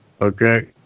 Okay